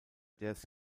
des